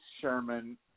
Sherman